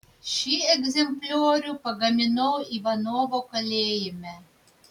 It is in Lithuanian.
šį egzempliorių pagaminau ivanovo kalėjime